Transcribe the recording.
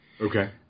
Okay